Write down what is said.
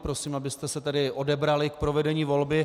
Prosím, abyste se tedy odebrali k provedení volby.